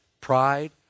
pride